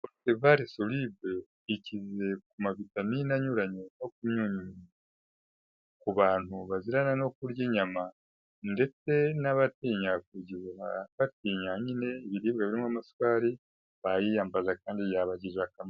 Evare soribe ikize ku mavitamine anyuranye no kumyunyu ngugu. Ku bantu bazirana no kurya inyama, ndetse n'abatinya kuyibuha, batinya nyine ibiribwa birimo amasukari bayiyambaza kandi yagirira akama.